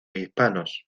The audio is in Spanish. hispanos